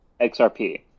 XRP